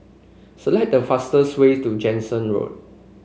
select the fastest way to Jansen Road